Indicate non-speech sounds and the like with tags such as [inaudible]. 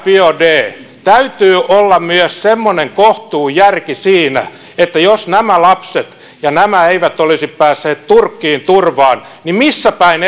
biaudet täytyy olla myös semmoinen kohtuujärki siinä että jos nämä lapset ja muut eivät olisi päässeet turkkiin turvaan niin missä päin [unintelligible]